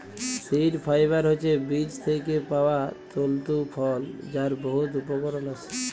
seed fibre হছে বীজ থ্যাইকে পাউয়া তল্তু ফল যার বহুত উপকরল আসে